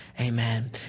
amen